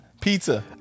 Pizza